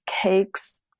cakes